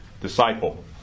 disciple